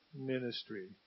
ministry